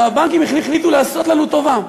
והבנקים החליטו לעשות לנו טובה: